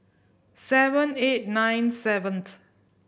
seven eight nine seventh